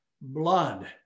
blood